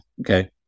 okay